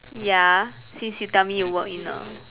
ya since you tell me you work in a